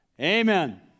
Amen